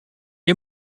est